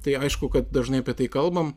tai aišku kad dažnai apie tai kalbam